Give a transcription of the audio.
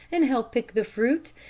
and help pick the fruit,